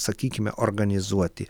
sakykime organizuoti